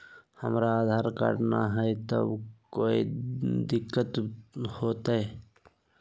हमरा आधार कार्ड न हय, तो कोइ दिकतो हो तय?